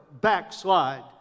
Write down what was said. backslide